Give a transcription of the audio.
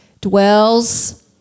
Dwells